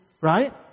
Right